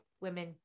women